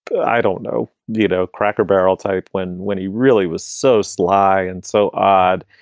i don't know, ditto cracker barrel type when when he really was so sly and so odd.